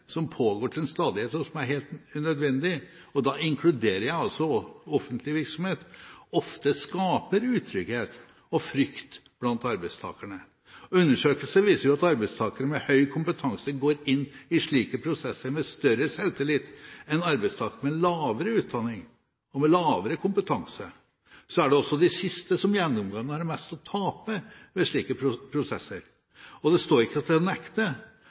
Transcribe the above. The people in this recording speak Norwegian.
som er helt nødvendig – og da inkluderer jeg offentlig virksomhet – ofte skaper utrygghet og frykt blant arbeidstakerne. Undersøkelser viser at arbeidstakere med høy kompetanse går inn i slike prosesser med større selvtillit enn arbeidstakere med lavere utdanning og med lavere kompetanse. Så er det også de siste som gjennomgående har mest å tape ved slike prosesser, og det står ikke til å nekte